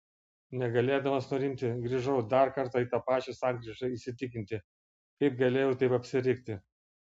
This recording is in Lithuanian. negalėdamas nurimti grįžau dar kartą į tą pačią sankryžą įsitikinti kaip galėjau taip apsirikti